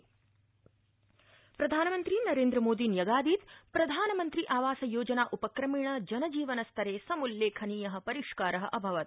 प्रधानमन्त्री प्रधानमन्त्री नरेन्द्रमोदी न्यगादीत् प्रधानमन्त्रि आवास योजना उपक्रमेण जन जीवन स्तरे समुल्लेखनीय परिष्कार अभवत्